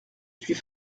suis